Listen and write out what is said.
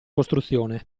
costruzione